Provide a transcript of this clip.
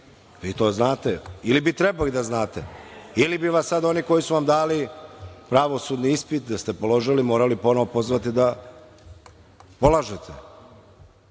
Vi to znate ili bi trebalo da znate ili bi vas sad oni koji su vam dali pravosudni ispit, da ste položili, morali ponovo pozvati da polažete.A